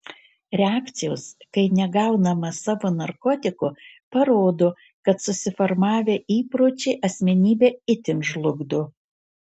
reakcijos kai negaunama savo narkotiko parodo kad susiformavę įpročiai asmenybę itin žlugdo